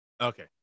Okay